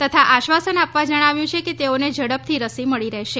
તથા આશ્વાસન આપવા જણાવ્યું છે કે તેઓને ઝડપથી રસી મળી રહેશે